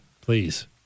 Please